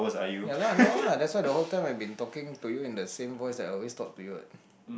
ya lah no lah that's why the whole time have been talking to you in a same voices that always talk to you what